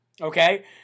okay